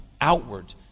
outward